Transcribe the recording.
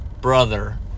brother